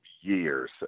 years